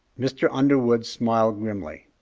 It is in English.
mr. underwood smiled grimly.